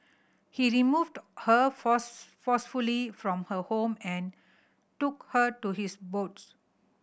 he removed her force forcefully from her home and took her to his boats